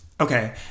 Okay